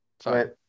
sorry